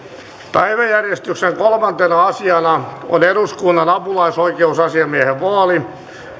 päiväjärjestyksen kolmantena asiana on eduskunnan apulaisoikeusasiamiehen vaali